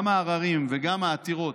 גם העררים וגם העתירות,